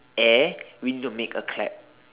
air we need to make a clap